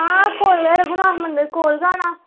हां कोल गै रघुनाथ मंदर कोल गै होना